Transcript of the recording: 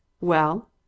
Well